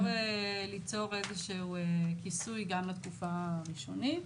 המטרה היא בעצם ליצור כיסוי גם לתקופה הראשונית.